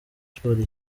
sports